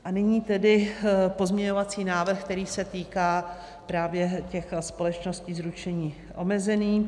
A nyní tedy pozměňovací návrh, který se týká právě těch společností s ručením omezeným.